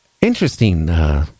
interesting